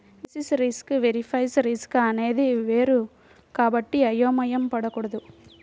basis risk వేరు price risk అనేది వేరు కాబట్టి అయోమయం పడకూడదు